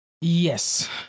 yes